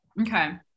Okay